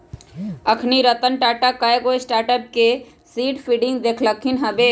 अखनी रतन टाटा कयगो स्टार्टअप के सीड फंडिंग देलखिन्ह हबे